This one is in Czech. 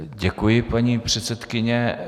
Děkuji, paní předsedkyně.